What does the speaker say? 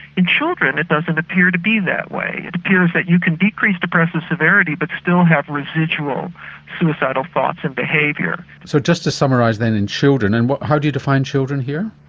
in children it doesn't appear to be that way. it appears that you can decrease depressive severity but still have residual suicidal thoughts and behaviour. so just to summarise then in children and but you define children here?